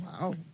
wow